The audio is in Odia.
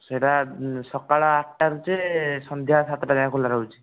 ସେଇଟା ସକାଳ ଆଠଟା ଯେ ସନ୍ଧ୍ୟା ସାତଟା ଯାଏ ଖୋଲା ରହୁଛି